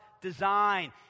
design